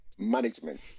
management